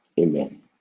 Amen